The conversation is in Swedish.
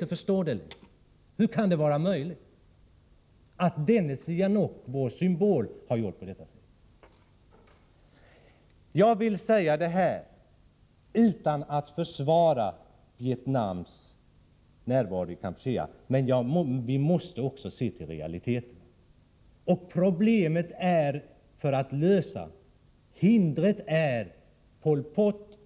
De frågar: Hur kan det vara möjligt att denne Sihanouk, vår symbol, gjort så? Jag säger detta utan att försvara Vietnams närvaro i Kampuchea — men vi måste också se till realiteterna. Det gäller att lösa problemet, men hindret är Pol Pot